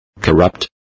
corrupt